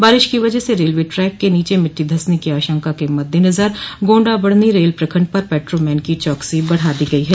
बारिश की वजह से रेलवे ट्रैक के नीचे मिट्टी धसने की आशंका के मद्देनजर गोण्डा बढ़नी रेल प्रखण्ड पर पेट्रो मैन की चौकसी बढ़ा दी है